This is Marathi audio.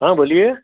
हां बोलिये